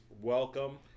welcome